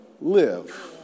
live